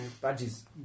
Badges